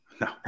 no